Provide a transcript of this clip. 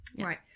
Right